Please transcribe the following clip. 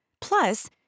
Plus